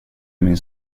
min